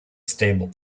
stable